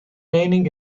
mening